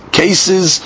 cases